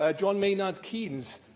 ah john maynard keynes,